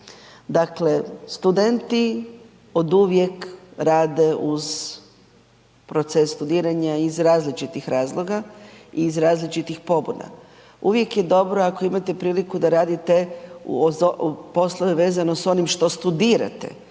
Dakle, studenti oduvijek rade uz proces studiranja iz različitih razloga i iz različitih pobuda. Uvijek je dobro ako imate priliku da radite poslove vezano s onim što studirate